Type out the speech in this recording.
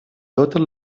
totes